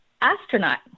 Astronaut